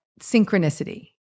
synchronicity